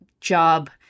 job